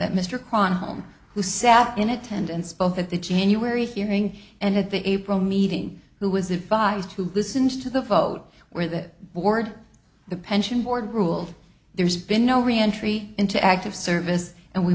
that mr cron home who sat in attendance both at the january fearing and at the april meeting who was advised to listen to the vote where the board the pension board ruled there's been no reentry into active service and we